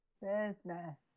Business